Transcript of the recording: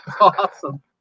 Awesome